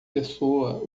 pessoa